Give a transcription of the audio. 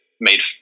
made